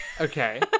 Okay